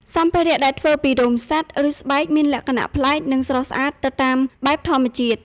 សម្ភារៈដែលធ្វើពីរោមសត្វ ឬស្បែកមានលក្ខណៈប្លែក និងស្រស់ស្អាតទៅតាមបែបធម្មជាតិ។